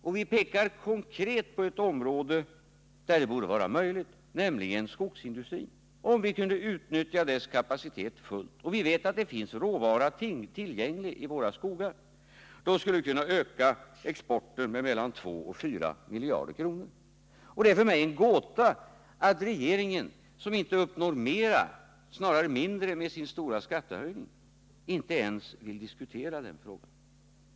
Och vi pekar konkret på ett område där det borde vara möjligt, nämligen skogsindustrin. Om vi kunde utnyttja dess kapacitet fullt — och vi vet att det finns råvara tillgänglig i våra skogar — skulle vi kunna öka exporten med mellan 2 och 4 miljarder kronor. Och det är för mig en gåta att regeringen, som inte uppnår mer, snarare mindre, med sin stora skattehöjning, inte ens vill diskutera den frågan.